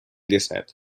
disset